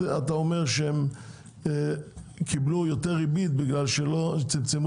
אתה אומר שהם קיבלו יותר ריבית בגלל שלא צמצמו